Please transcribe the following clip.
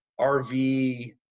RV